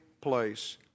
place